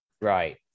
Right